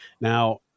Now